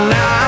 Now